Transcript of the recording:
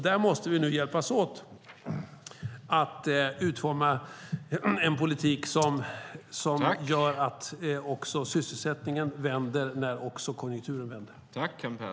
Där måste vi nu hjälpas åt att utforma en politik som gör att sysselsättningen vänder när konjunkturen vänder.